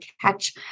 catch